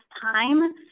time